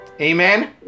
Amen